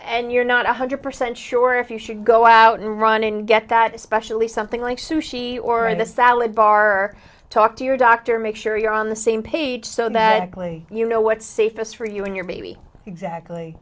and you're not one hundred percent sure if you should go out and run and get that especially something like sushi or in the salad bar talk to your doctor make sure you're on the same page so that clearly you know what's safest for you in your body exactly